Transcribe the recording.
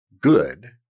good